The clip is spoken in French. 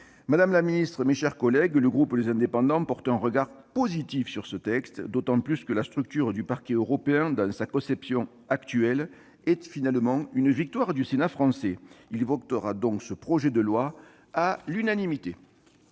Madame la ministre, mes chers collègues, le groupe Les Indépendants porte un regard positif sur ce texte, d'autant que la structure du Parquet européen, dans sa conception actuelle, est une victoire du Sénat français ! Il votera donc ce projet de loi à l'unanimité.